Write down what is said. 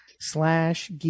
slash